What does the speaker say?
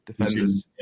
defenders